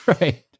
right